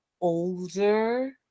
older